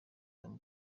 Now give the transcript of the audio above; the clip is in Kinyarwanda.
tom